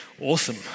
Awesome